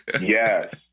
Yes